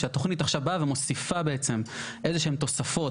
שהתוכנית עכשיו באה ומוסיפה בעצם איזה שהן תוספות.